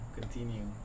continue